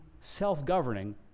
self-governing